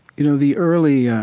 you know, the early yeah